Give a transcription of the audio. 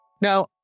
Now